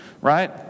right